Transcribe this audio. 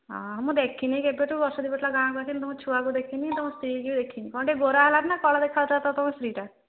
ହଁ ମୁଁ ଦେଖିନି କେବେଠୁ ବର୍ଷେ ଦୁଇ ବର୍ଷ ଗାଁକୁ ଆସିଥିଲି ତୁମ ଛୁଆକୁ ଦେଖିନି ତୁମ ସ୍ତ୍ରୀକୁ ଦେଖିନି କ'ଣ ଟିକେ ଗୋରା ହେଲାଣି ନା କଳା ଦେଖାଯାଉଛି ତୁମ ସ୍ତ୍ରୀଟା